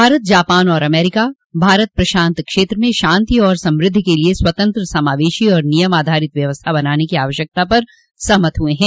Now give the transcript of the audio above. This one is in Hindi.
भारत जापान और अमरीका भारत प्रशांत क्षेत्र में शांति और समृद्धि के लिए स्वतंत्र समावेशी और नियम आधारित व्यवस्था बनान की आवश्यकता पर सहमत हुए हैं